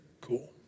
Cool